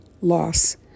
loss